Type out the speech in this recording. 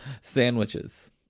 Sandwiches